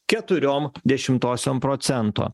keturiom dešimtosiom procento